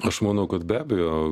aš manau kad be abejo